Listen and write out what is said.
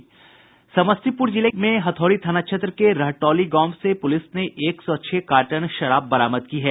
समस्तीपुर जिले में हथौड़ी थाना क्षेत्र के रहटौली गांव से पुलिस ने एक सौ छह कार्टन विदेशी शराब बरामद की है